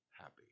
happy